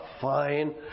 fine